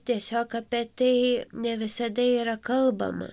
tiesiog apie tai ne visada yra kalbama